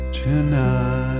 Tonight